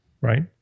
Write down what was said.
right